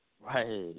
Right